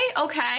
okay